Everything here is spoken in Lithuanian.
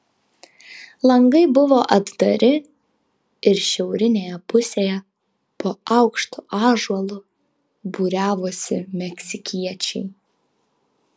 langai buvo atdari ir šiaurinėje pusėje po aukštu ąžuolu būriavosi meksikiečiai